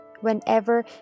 Whenever